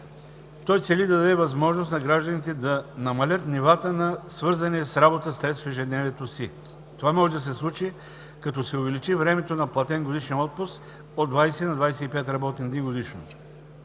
цели да даде възможност на гражданите да намалят нивата на свързания с работа стрес в ежедневието си. Това може да се случи, като се увеличи времето на платен годишен отпуск от 20 на 25 работни дни годишно.